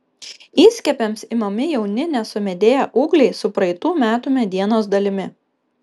įskiepiams imami jauni nesumedėję ūgliai su praeitų metų medienos dalimi